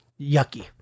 Yucky